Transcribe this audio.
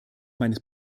meines